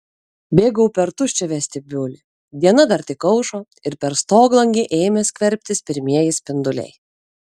bėgau per tuščią vestibiulį diena dar tik aušo ir per stoglangį ėmė skverbtis pirmieji spinduliai